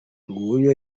nguyu